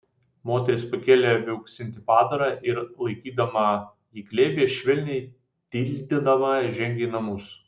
moteris pakėlė viauksintį padarą ir laikydama jį glėbyje švelniai tildydama žengė į namus